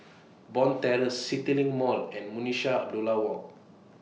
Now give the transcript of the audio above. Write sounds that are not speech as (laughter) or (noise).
(noise) Bond Terrace CityLink Mall and (unintelligible) Abdullah Walk